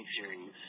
series